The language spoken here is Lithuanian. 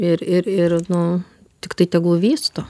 ir ir ir nu tiktai tegul vysto